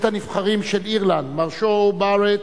בית-הנבחרים של אירלנד, מר שון בארט,